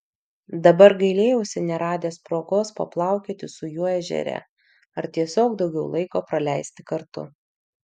dabar gailėjausi neradęs progos paplaukioti su juo ežere ar tiesiog daugiau laiko praleisti kartu